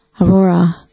Aurora